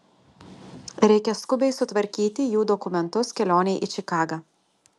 reikia skubiai sutvarkyti jų dokumentus kelionei į čikagą